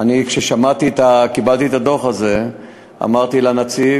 כשקיבלתי את הדוח הזה אמרתי לנציב,